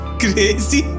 crazy